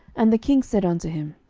and the king said unto him,